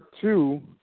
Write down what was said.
two